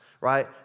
right